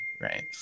right